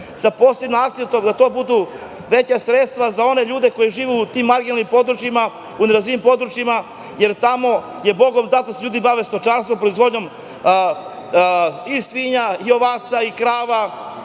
sa posebnim akcentom da to budu veća sredstva za one ljude koji žive u tim marginalnim područjima, u nerazvijenim područjima, jer tamo je bogom dato da se ljudi bave stočarstvom, proizvodnjom i svinja, i ovaca, i krava,